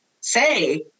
say